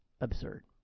absurd